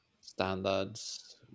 standards